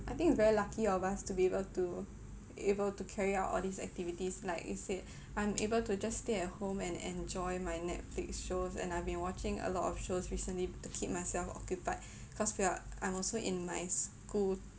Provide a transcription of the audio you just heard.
I think it's very lucky of us to be able to able to carry out all these activities like I said I'm able to just stay at home and enjoy my netflix shows and I've been watching a lot of shows recently to keep myself occupied because we're I'm also in my school